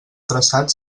traçat